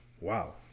Wow